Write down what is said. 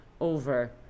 over